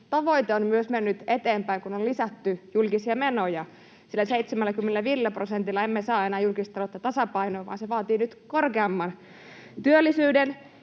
tavoite on myös mennyt eteenpäin, kun on lisätty julkisia menoja. Sillä 75 prosentilla emme enää saa julkista taloutta tasapainoon, vaan se vaatii nyt korkeamman työllisyyden.